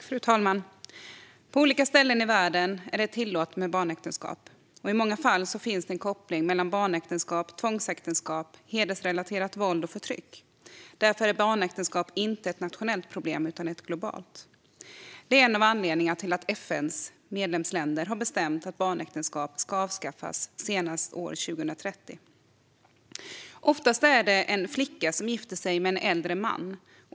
Fru talman! På olika ställen i världen är det tillåtet med barnäktenskap. I många fall finns det en koppling mellan barnäktenskap, tvångsäktenskap, hedersrelaterat våld och förtryck. Därför är barnäktenskap inte ett nationellt problem utan ett globalt. Det är en av anledningarna till att FN:s medlemsländer har bestämt att barnäktenskap ska avskaffas senast år 2030. Oftast är det en flicka som gifter sig med en äldre man.